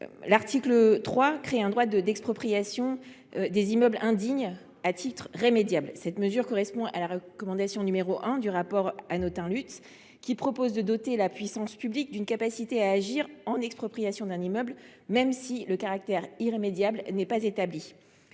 L’article 3 crée un droit d’expropriation pour les immeubles indignes à titre remédiable. Cette mesure correspond à la recommandation n° 1 du rapport Hanotin Lutz, qui préconise de doter la puissance publique d’une capacité à agir en expropriation même lorsque le caractère irrémédiable de la